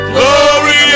Glory